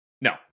No